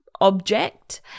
object